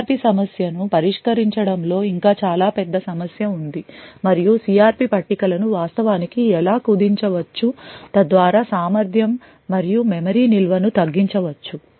CRP సమస్యను పరిష్కరించడంలో ఇంకా చాలా పెద్ద సమస్య ఉంది మరియు CRP పట్టికలను వాస్తవానికి ఎలా కుదించవచ్చు తద్వారా సామర్థ్యం మరియు మెమరీ నిల్వను తగ్గించవచ్చు